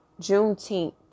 Juneteenth